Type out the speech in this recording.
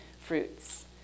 fruits